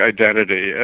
identity